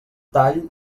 tall